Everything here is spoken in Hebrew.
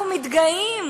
אנחנו מתגאים,